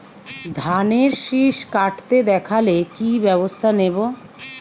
ধানের শিষ কাটতে দেখালে কি ব্যবস্থা নেব?